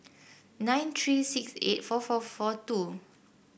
nine three six eight four four four two